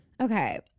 okay